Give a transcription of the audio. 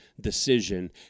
decision